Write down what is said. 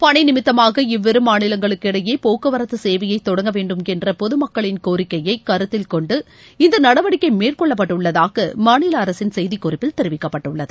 பணி நிமித்தமாக இவ்விரு மாநிலங்களுக்கு இடையே போக்குவரத்து சேவையை தொடங்க வேண்டும் என்ற பொது மக்களின் கோரிக்கையை கருத்தில் கொண்டு இந்த நடவடிக்கை மேற்கொள்ளப்பட்டுள்ளதாக மாநில அரசின் செய்திக்குறிப்பில் தெரிவிக்கப்பட்டுள்ளது